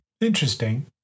Interesting